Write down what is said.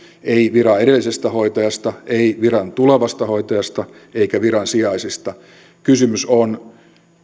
ei viran edellisestä hoitajasta ei viran tulevasta hoitajasta eikä viransijaisesta kysymys on